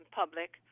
public